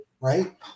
right